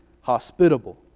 hospitable